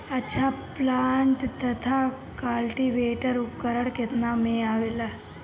अच्छा प्लांटर तथा क्लटीवेटर उपकरण केतना में आवेला?